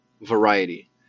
variety